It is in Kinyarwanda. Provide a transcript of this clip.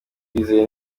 twizeye